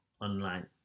online